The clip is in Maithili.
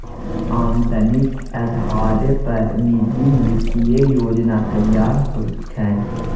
आमदनीक अधारे पर निजी वित्तीय योजना तैयार होइत छै